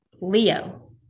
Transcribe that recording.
Leo